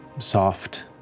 soft,